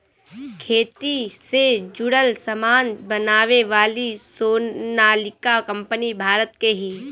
खेती से जुड़ल सामान बनावे वाली सोनालिका कंपनी भारत के हिय